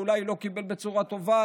או אולי לא קיבל בצורה טובה,